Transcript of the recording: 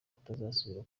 kutazasubira